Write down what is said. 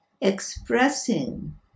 expressing